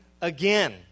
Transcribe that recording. again